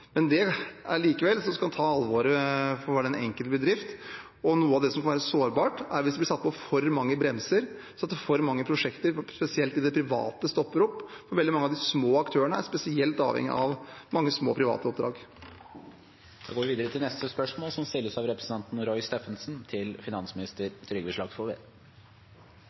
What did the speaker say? skal en ta på alvor hver enkelt bedrift. Noe av det som kan være sårbart, er hvis det blir satt på for mange bremser slik at for mange prosjekter, spesielt i det private, stopper opp. Veldig mange av de små aktørene er spesielt avhengige av mange små private oppdrag. «For å redusere kostnadene med de høye strømprisene har regjeringen valgt å innføre strømstøtte til